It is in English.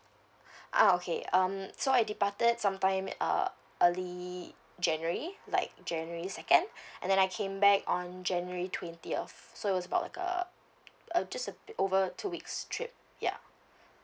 ah okay um so I departed sometime err early january like january second and then I came back on january twentieth so it was about like err err just a bit over two weeks trip ya